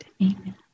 Amen